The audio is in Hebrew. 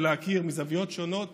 ולהכיר מזוויות שונות